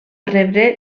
rebre